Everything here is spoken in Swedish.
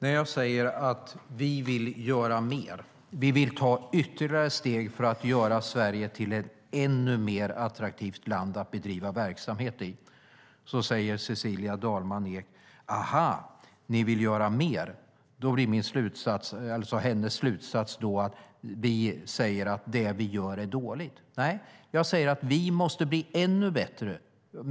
Fru talman! När jag säger att vi vill göra mer, vill ta ytterligare steg för att göra Sverige till ett ännu mer attraktivt land att bedriva verksamhet i, då säger Cecilia Dalman Eek "Aha, ni vill göra mer", och så blir hennes slutsats att vi menar att det vi gör är dåligt. Nej, jag säger att vi måste bli ännu bättre.